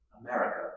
America